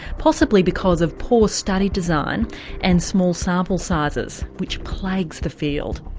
possibly because of poor study design and small sample sizes which plagues the field.